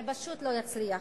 זה פשוט לא יצליח.